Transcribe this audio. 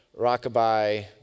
rockabye